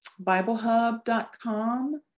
Biblehub.com